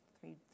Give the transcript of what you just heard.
Three